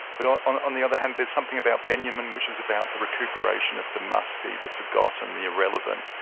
but, on on the other hand, there's something about benjamin which is about the recuperation of the musty, the forgotten, the irrelevant,